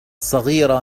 صغيرة